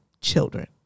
children